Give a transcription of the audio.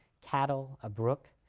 cattle, a brook,